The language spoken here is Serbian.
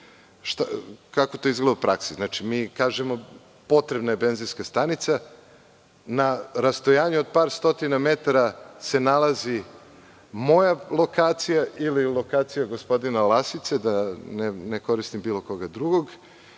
to izgleda u praksi? Mi kažemo – potrebna je benzinska stanica. Na rastojanju od par stotina metara se nalazi moja lokacija ili lokacija gospodina Lasice, da ne koristim bilo koga drugog,